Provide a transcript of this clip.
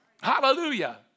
Hallelujah